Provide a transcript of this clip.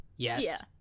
Yes